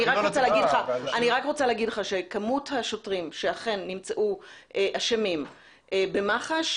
אני רק רוצה להגיד לך שמספר השוטרים שאכן נמצאו אשמים במח"ש,